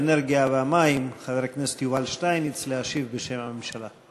האנרגיה והמים חבר הכנסת יובל שטייניץ להשיב בשם הממשלה.